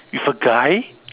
with a guy